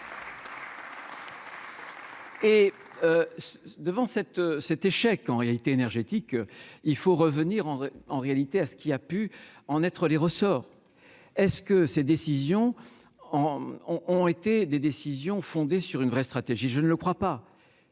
Et devant cet cet échec en réalité énergétique, il faut revenir en en réalité à ce qui a pu en être les ressorts est-ce que ces décisions ont ont été des décisions fondées sur une vraie stratégie, je ne le crois pas